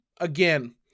again